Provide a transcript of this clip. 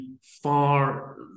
far